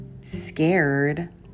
scared